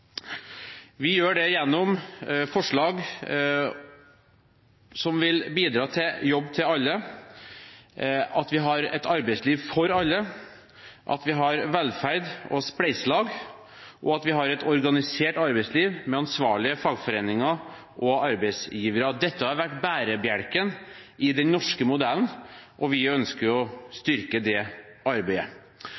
Vi gjør det gjennom forslag som vil bidra til jobb til alle, at vi har et arbeidsliv for alle, at vi har velferd og spleiselag, og at vi har et organisert arbeidsliv med ansvarlige fagforeninger og arbeidsgivere. Dette har vært bærebjelken i den norske modellen, og vi ønsker å